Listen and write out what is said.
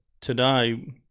today